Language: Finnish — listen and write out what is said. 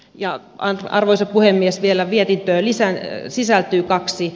ja vielä arvoisa puhemies mietintöön sisältyy kaksi